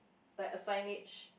like a signage